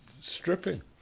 stripping